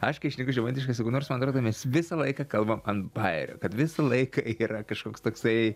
aš kai šneku žemaitiškai sakau nors man atrodo mes visą laiką kalbam ant bajerio kad visą laiką yra kažkoks toksai